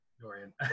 Dorian